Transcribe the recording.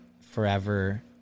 forever